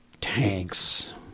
tanks